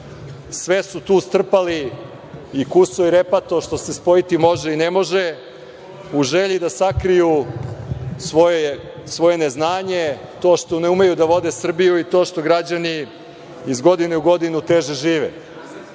Sve su tu strpali, i kuso i repato, što se spojiti može i ne može, u želji da sakriju svoje neznanje, to što ne umeju da vode Srbiju i to što građani iz godine u godinu teže žive. Jedan